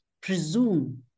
presume